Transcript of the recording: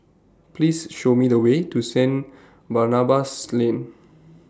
Please Show Me The Way to Saint Barnabas Lane